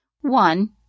One